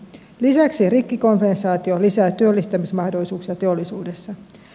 lisäksi rikkikompensaatio lisää työllistämismahdollisuuksia teollisuudessa